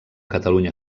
catalunya